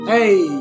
Hey